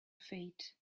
fate